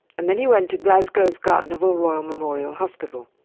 and then he went to glasgow's gartnavel royal memorial hospital.